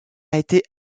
été